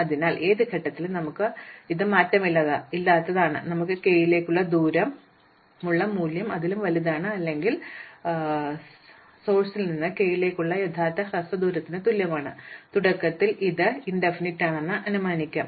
അതിനാൽ ഏത് ഘട്ടത്തിലും നമുക്ക് ഉള്ള മാറ്റമില്ലാത്തത് നമുക്ക് k ലേക്ക് ദൂരമുള്ള മൂല്യം അതിലും വലുതാണ് അല്ലെങ്കിൽ ഉറവിടത്തിൽ നിന്ന് കെയിലേക്കുള്ള യഥാർത്ഥ ഹ്രസ്വ ദൂരത്തിന് തുല്യമാണ് തുടക്കത്തിൽ ഇത് അനന്തമാണെന്ന് ഞങ്ങൾ അനുമാനിക്കാം